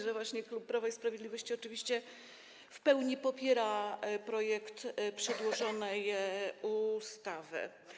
że klub Prawa i Sprawiedliwości oczywiście w pełni popiera projekt przedłożonej ustawy.